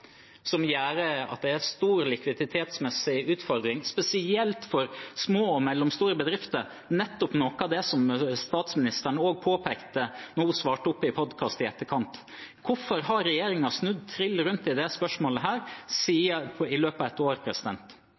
som gjør at det er en stor likviditetsmessig utfordring, spesielt for små og mellomstore bedrifter – nettopp noe av det som statsministeren også påpekte, da hun svarte opp i podcast i etterkant. Hvorfor har regjeringen snudd trill rundt i dette spørsmålet i løpet av et år?